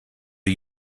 are